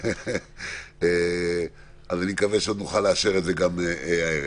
אני מקווה שנוכל לאשר את זה עוד הערב.